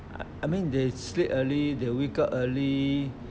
I I mean they sleep early they wake up early